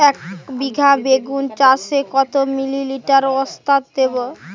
একবিঘা বেগুন চাষে কত মিলি লিটার ওস্তাদ দেবো?